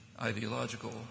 ideological